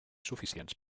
suficients